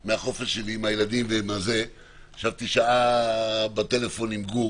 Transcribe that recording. עם החופש שלי עם הילדים ישבתי שעה בטלפון עם גור